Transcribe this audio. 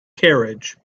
carriage